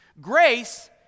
grace